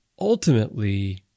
ultimately